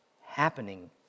happening